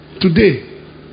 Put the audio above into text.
today